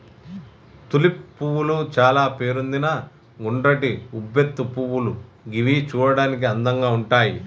tulip పువ్వులు చాల పేరొందిన గుండ్రటి ఉబ్బెత్తు పువ్వులు గివి చూడడానికి అందంగా ఉంటయ్